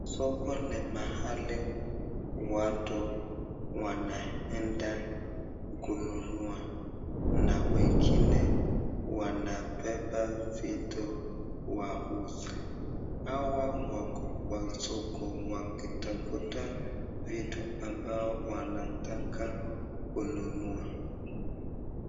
Huku ni mahali watu wanaenda kununua na wengine wanabeba vitu wauze, hawa wako kwa soko wakitafuta vitu ambazo wanataka kununua.